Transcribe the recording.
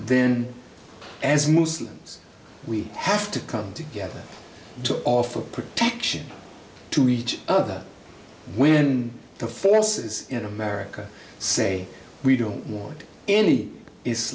then as muslims we have to come together to offer protection to each other when the forces in america say we don't want any i